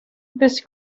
this